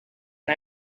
and